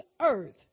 earth